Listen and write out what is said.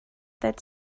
that